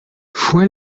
fue